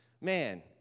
Man